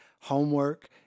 homework